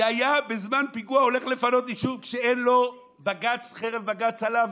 שבזמן פיגוע היה הולך לפנות יישוב שאין לו חרב בג"ץ עליו